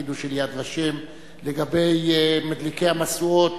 התפקיד הוא של "יד ושם"; לגבי מדליקי המשואות,